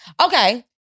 Okay